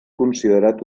considerat